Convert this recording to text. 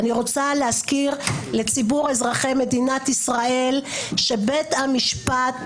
אני רוצה להזכיר לציבור אזרחי מדינת ישראל שבתי המשפט,